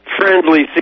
friendly